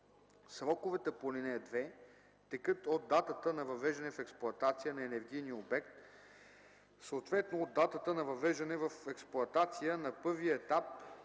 Сроковете по ал. 2 текат от датата на въвеждане в експлоатация на енергийния обект, съответно от датата на въвеждане в експлоатация на първия етап